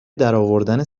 درآوردن